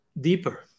deeper